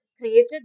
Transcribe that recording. created